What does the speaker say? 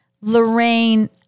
Lorraine